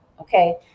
Okay